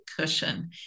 cushion